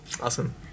Awesome